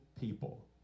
people